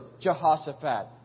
Jehoshaphat